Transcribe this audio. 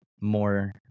more